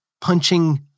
punching